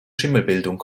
schimmelbildung